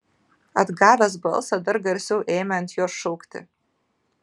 atgavęs balsą dar garsiau ėmė ant jos šaukti